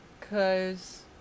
cause